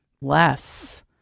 less